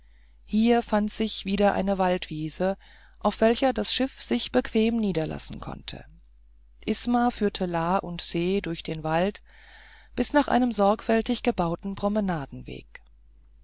hier fand sich wieder eine waldwiese auf welcher das schiff sich bequem niederlassen konnte isma führte la und se durch den wald bis nach einem sorgfältig gebauten